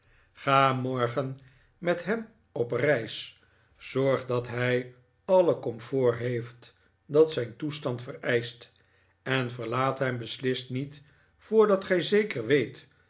ga morgen met hem op reis zorg dat hij alle comfort heeft dat zijn toestand vereischt en verlaat hem beslist niet voordat gij zeker weet